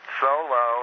solo